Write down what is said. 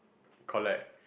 collect